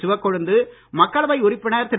சிவக்கொழுந்து மக்களவை உறுப்பினர் திரு